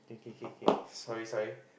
K K K sorry sorry